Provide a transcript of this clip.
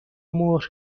مهر